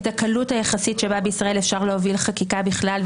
את הקלות היחסית שבה בישראל אפשר להוביל חקיקה בכלל,